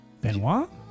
Benoit